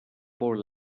four